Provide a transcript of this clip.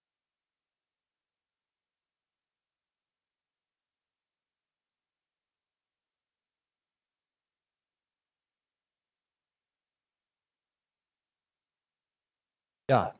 ya